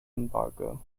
embargo